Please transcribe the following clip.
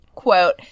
quote